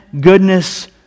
goodness